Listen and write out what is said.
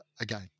again